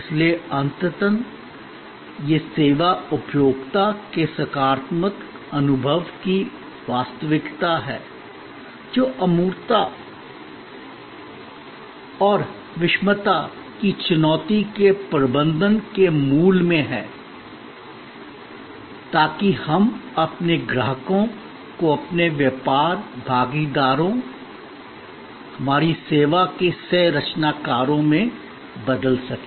इसलिए अंतत यह सेवा उपभोक्ता के सकारात्मक अनुभव की वास्तविकता है जो अमूर्तता और विषमता की चुनौती के प्रबंधन के मूल में है आदि ताकि हम अपने ग्राहकों को अपने व्यापार भागीदारों हमारी सेवा के सह रचनाकारों में बदल सकें